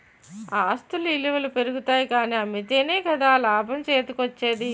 ఆస్తుల ఇలువలు పెరుగుతాయి కానీ అమ్మితేనే కదా ఆ లాభం చేతికోచ్చేది?